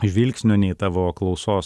žvilgsnio nei tavo klausos